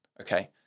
Okay